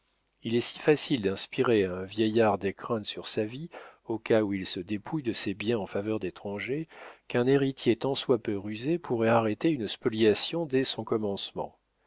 il est si facile d'inspirer à un vieillard des craintes sur sa vie au cas où il se dépouille de ses biens en faveur d'étrangers qu'un héritier tant soit peu rusé pourrait arrêter une spoliation dès son commencement